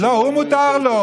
שלא היו יותר טובים.